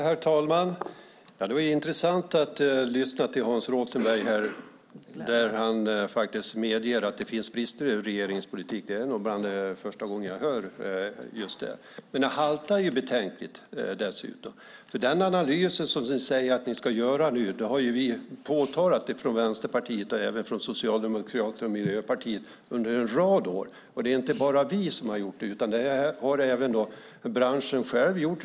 Herr talman! Det var intressant att lyssna till Hans Rothenberg när han faktiskt medger att det finns brister i regeringens politik. Det är nog första gången jag hör just det. Det haltar betänkligt här, för den analys som ni säger att ni ska göra nu har vi från Vänsterpartiet och även Socialdemokraterna och Miljöpartiet påtalat behovet av under en rad år. Och det är inte bara vi som har gjort det, utan det har även branschen själv gjort.